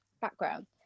background